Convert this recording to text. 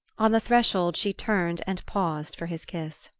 on the threshold she turned and paused for his kiss.